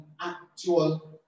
actual